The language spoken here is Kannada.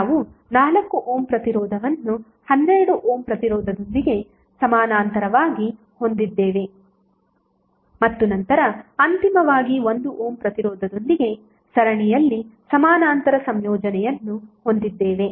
ನಾವು 4 ಓಮ್ ಪ್ರತಿರೋಧವನ್ನು 12 ಓಮ್ ಪ್ರತಿರೋಧದೊಂದಿಗೆ ಸಮಾನಾಂತರವಾಗಿ ಹೊಂದಿದ್ದೇವೆ ಮತ್ತು ನಂತರ ಅಂತಿಮವಾಗಿ 1 ಓಮ್ ಪ್ರತಿರೋಧದೊಂದಿಗೆ ಸರಣಿಯಲ್ಲಿ ಸಮಾನಾಂತರ ಸಂಯೋಜನೆಯನ್ನು ಹೊಂದಿದ್ದೇವೆ